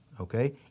okay